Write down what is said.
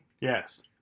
Yes